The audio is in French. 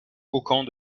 cocons